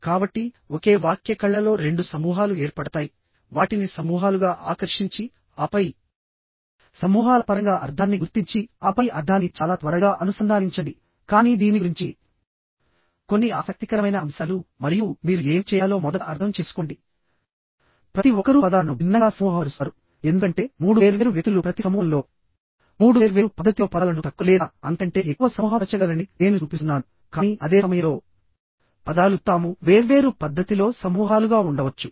కాబట్టిఒకే వాక్య కళ్ళలో 2 సమూహాలు ఏర్పడతాయి వాటిని సమూహాలుగా ఆకర్షించి ఆపై సమూహాల పరంగా అర్థాన్ని గుర్తించి ఆపై అర్థాన్ని చాలా త్వరగా అనుసంధానించండి కానీ దీని గురించి కొన్ని ఆసక్తికరమైన అంశాలు మరియు మీరు ఏమి చేయాలో మొదట అర్థం చేసుకోండి ప్రతి ఒక్కరూ పదాలను భిన్నంగా సమూహపరుస్తారు ఎందుకంటే 3 వేర్వేరు వ్యక్తులు ప్రతి సమూహంలో 3 వేర్వేరు పద్ధతిలో పదాలను తక్కువ లేదా అంతకంటే ఎక్కువ సమూహపరచగలరని నేను చూపిస్తున్నాను కానీ అదే సమయంలో పదాలు తాము వేర్వేరు పద్ధతిలో సమూహాలుగా ఉండవచ్చు